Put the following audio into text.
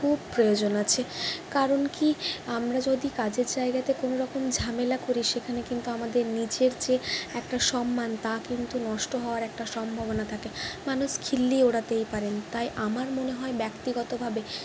প্রয়োজন আছে কারণ কী আমরা যদি কাজের জায়গাতে কোনো রকম ঝামেলা করি সেখানে কিন্তু আমাদের নিজের যে একটা সম্মান তা কিন্তু নষ্ট হওয়ার একটা সম্ভাবনা থাকে মানুষ খিল্লি ওড়াতেই পারেন তাই আমার মনে হয় ব্যক্তিগতভাবে